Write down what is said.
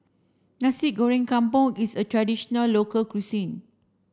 Nasi Goreng Kampung is a traditional local cuisine